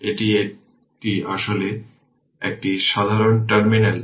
এবং এটি আসলে একটি সাধারণ টার্মিনাল